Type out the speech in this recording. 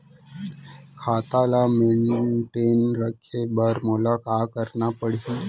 खाता ल मेनटेन रखे बर मोला का करना पड़ही?